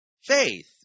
Faith